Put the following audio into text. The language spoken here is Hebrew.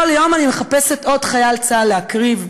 כל יום אני מחפשת עוד חייל צה"ל להקריב,